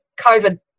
COVID